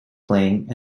playing